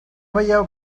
veieu